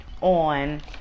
on